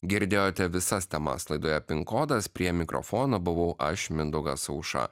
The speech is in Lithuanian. girdėjote visas temas laidoje pin kodas prie mikrofono buvau aš mindaugas aušra